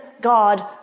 God